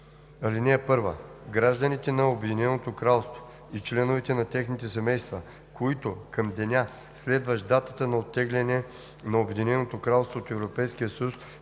24. (1) Гражданите на Обединеното кралство и членовете на техните семейства, които към деня, следващ датата на оттегляне на Обединеното кралство от Европейския съюз